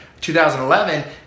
2011